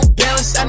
balance